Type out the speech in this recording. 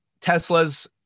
Teslas